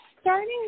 starting